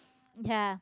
ya